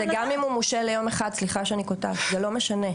וגם אם הוא מושעה ליום אחד זה לא משנה,